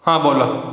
हां बोला